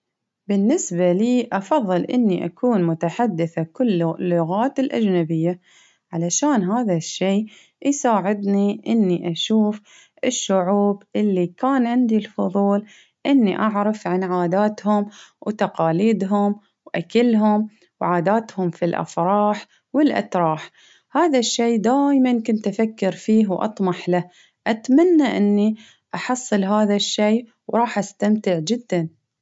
بالنسبة لي أفظل إني أكون متحدثة كله لغات الأجنبية، علشان هذا الشي يساعدني إني أشوف الشعوب اللي كان عندي الفظول إني أعرف عن عاداتهم، وتقاليدهم، وأكلهم، وعاداتهم في الأفراح والأتراح، هذا الشي دايما كنت أفكر فيه وأطمح له ،أتمنى إني أحصل هذا الشي وراح أستمتع جدا.